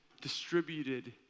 distributed